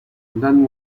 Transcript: dan